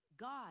God